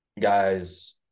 guys